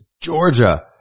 Georgia